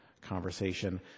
conversation